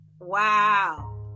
Wow